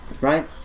right